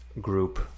group